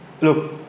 Look